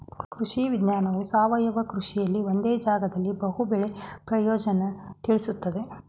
ಕೃಷಿ ವಿಜ್ಞಾನವು ಸಾವಯವ ಕೃಷಿಲಿ ಒಂದೇ ಜಾಗ್ದಲ್ಲಿ ಬಹು ಬೆಳೆ ಪ್ರಯೋಜ್ನನ ತಿಳುಸ್ತದೆ